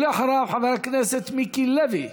ואחריו, חבר הכנסת מיקי לוי.